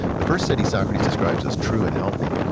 the first city, socrates describes as true and healthy,